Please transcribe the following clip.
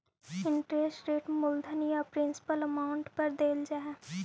interest rate मूलधन या principal amount पर देल जा हई